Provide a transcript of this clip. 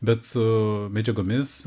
bet su medžiagomis